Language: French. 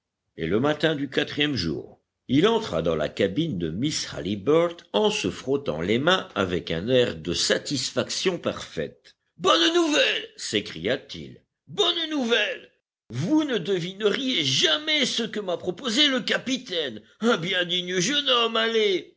et le matin du quatrième jour il entra dans la cabine de miss halliburtt en se frottant les mains avec un air de satisfaction parfaite bonne nouvelle s'écria-t-il bonne nouvelle vous ne devineriez jamais ce que m'a proposé le capitaine un bien digne jeune homme allez